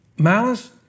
Malice